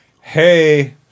hey